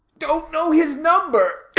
don't know his number